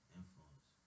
influence